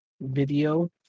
video